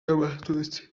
b’abatutsi